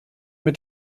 mit